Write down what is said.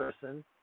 person